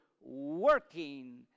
working